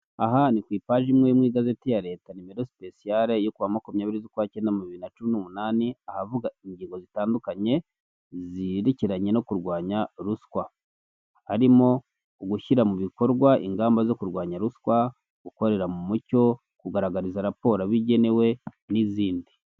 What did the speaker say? Aha ni ku ipaji imwe yo mu igazeti ya Leta nimero supesiyare yo kuwa makumyabiri z' Ukwacyenda bibiri na cumi n'umunani, ahavuga ingingo zitandukanye zerekeranye no kurwanya ruswa. Harimo ugushyira mu bikorwa ingamba zo kurwanya ruswa, gukorera mumucyo, kugaragariza raporo abo igenewe n'izindi.